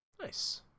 nice